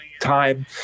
time